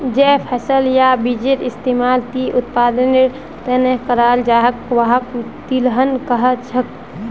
जे फसल या बीजेर इस्तमाल तेल उत्पादनेर त न कराल जा छेक वहाक तिलहन कह छेक